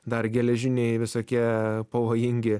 dar geležiniai visokie pavojingi